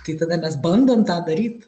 tai tada mes bandom tą daryt